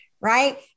Right